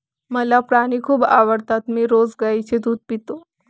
मला प्राणी खूप आवडतात मी रोज गाईचे दूध पितो